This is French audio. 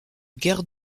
guerre